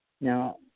Now